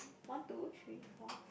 one two three four